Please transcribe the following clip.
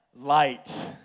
light